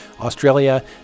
Australia